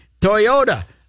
Toyota